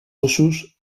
ossos